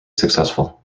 successful